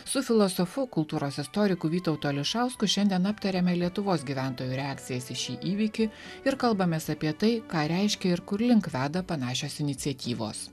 su filosofu kultūros istoriku vytautu ališausku šiandien aptarėme lietuvos gyventojų reakcijas į šį įvykį ir kalbamės apie tai ką reiškia ir kur link veda panašios iniciatyvos